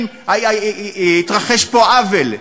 שנים התרחש פה עוול.